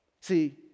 See